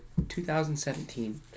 2017